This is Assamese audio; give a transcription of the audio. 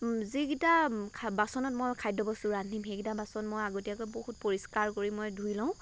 যিকেইটা বাচনত মই খাদ্য বস্তু ৰান্ধিম সেইকেইটা মই আগতীয়াকৈ বহুত পৰিষ্কাৰ কৰি মই ধুই লওঁ